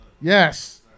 Yes